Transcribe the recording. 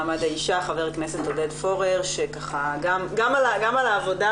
לקידום מעמד האישה ח"כ עודד פורר גם על העבודה